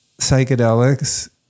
psychedelics